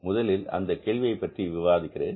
முதலில் அந்த கேள்வியை பற்றி விவாதிக்கிறேன்